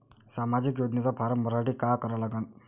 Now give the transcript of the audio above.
सामाजिक योजनेचा फारम भरासाठी का करा लागन?